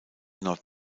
nach